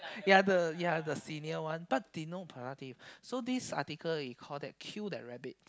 ya the ya the senior one but they no productive so this article is call that kill that rabbit